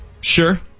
Sure